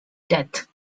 death